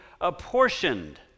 apportioned